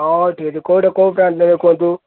ହଁ ହଁ ଠିକ୍ ଅଛି କେଉଁଟା କେଉଁ କାର୍ଡ଼ ନେବେ କୁହନ୍ତୁ